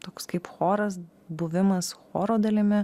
toks kaip choras buvimas choro dalimi